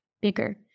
bigger